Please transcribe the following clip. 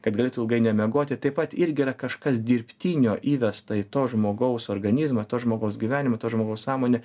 kad galėtų ilgai nemiegoti taip pat irgi yra kažkas dirbtinio įvesta į to žmogaus organizmą to žmogaus gyvenimą to žmogaus sąmonę